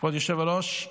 כבוד היושב-ראש,